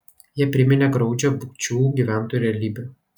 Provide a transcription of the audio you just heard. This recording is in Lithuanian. jie priminė graudžią bukčių gyventojų realybę